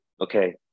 okay